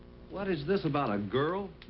what is this about a girl?